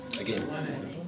Again